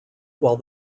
while